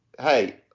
hey